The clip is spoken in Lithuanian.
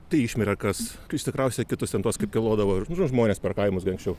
tai išmirė kas išsikraustė kitus ten tuos kaip kilodavo nu žodžiui žmonės per kaimus kaip anksčiau